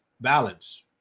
balance